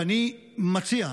ואני מציע,